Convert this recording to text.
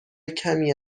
کمی